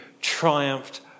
triumphed